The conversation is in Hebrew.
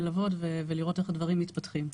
ללוות ולראות איך הדברים מתפתחים.